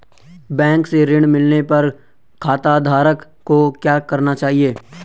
Bank से ऋण मिलने पर खाताधारक को क्या करना चाहिए?